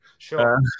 Sure